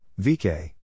VK